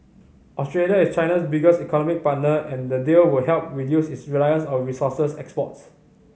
Australia is China's biggest economic partner and the deal would help reduce its reliance on resource exports